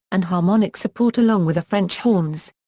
and harmonic support along with the french horns.